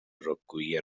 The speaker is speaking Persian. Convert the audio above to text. رکگویی